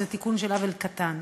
זה תיקון של עוול קטן,